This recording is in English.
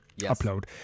upload